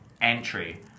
entry